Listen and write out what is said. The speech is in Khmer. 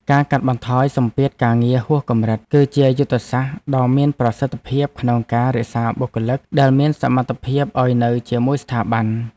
ការកាត់បន្ថយសម្ពាធការងារហួសកម្រិត គឺជាយុទ្ធសាស្ត្រដ៏មានប្រសិទ្ធភាពក្នុងការរក្សាបុគ្គលិកដែលមានសមត្ថភាពឱ្យនៅជាមួយស្ថាប័ន។